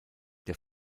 der